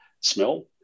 smell